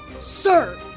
sir